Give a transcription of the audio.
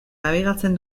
nabigatzen